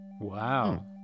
Wow